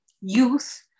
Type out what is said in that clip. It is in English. youth